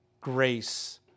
grace